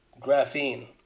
graphene